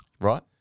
right